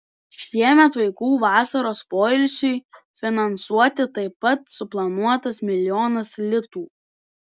šiemet vaikų vasaros poilsiui finansuoti taip pat suplanuotas milijonas litų